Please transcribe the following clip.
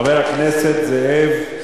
חבר הכנסת זאב,